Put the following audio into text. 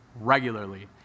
Regularly